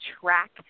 track